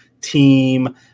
team